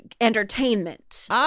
entertainment